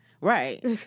right